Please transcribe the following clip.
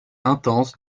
intense